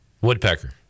Woodpecker